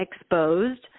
exposed